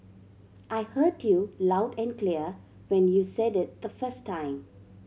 I heard you loud and clear when you said it the first time